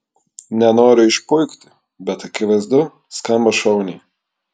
nenoriu išpuikti bet akivaizdu skamba šauniai